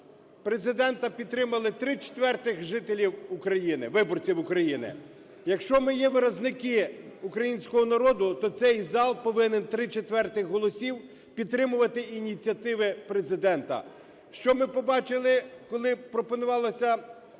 Президента підтримали три четвертих жителів України, виборців України. Якщо ми є виразники українського народу, то цей зал повинен три четвертих голосів підтримувати і ініціативи Президента. Що ми побачили, коли пропонувалося